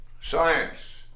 Science